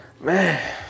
Man